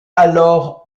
alors